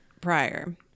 prior